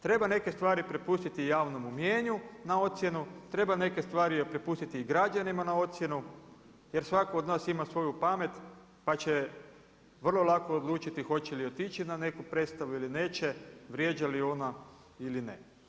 Treba neke stvari prepustiti javnome mjenju na ocjenu, treba neke stvari prepustiti i građanima na ocjenu jer svatko od nas ima svoju pamet pa će vrlo lako odlučili hoće li otići na neku predstavu ili neće, vrijeđa li ona ili ne.